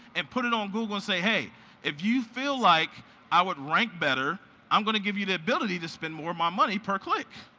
and put it on google and say, hey if you feel like i would rank better, i'm gonna give you the ability to spend more of my money per click.